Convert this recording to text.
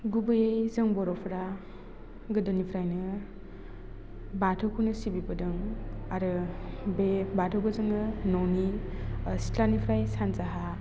गुबैयै जों बर'फोरा गोदोनिफ्रायनो बाथौखौनो सिबिबोदों आरो बे बाथौखौ जोङो न'नि सिथ्लानिफ्राय सानजाहा